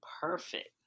perfect